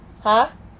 !huh!